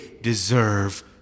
deserve